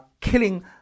killing